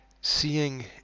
Seeing